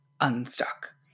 unstuck